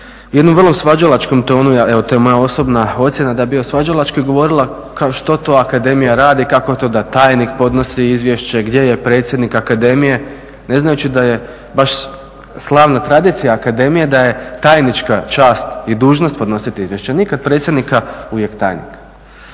jednom vrlo svađalačkom tonu, evo to je moja osobna ocjena da bi svađalački govorila što to akademija radi, kako to da tajnik podnosi izvješće, gdje je predsjednik akademije ne znajući da je baš slavna tradicija akademije da je tajnička čast i dužnost podnositi izvješće, nikad predsjednika, uvijek tajnika.